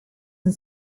and